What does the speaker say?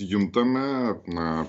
juntame na